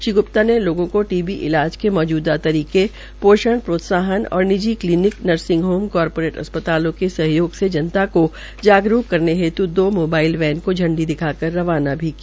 श्री ग्प्ता ने लोगों को टीबी इलाज में मौजूदा तरीके पोषण प्रोत्साहन और निजी कलीनिक नर्सिंग होग कॉरपोरेट अस्पतालों के सहायोग जनता को जागरूक करने हेत् दो मोबाईल वैन को झंडी दिखाकर रवाना भी किया